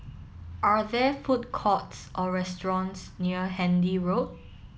are there food courts or restaurants near Handy Road